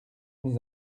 mis